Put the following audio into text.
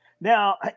Now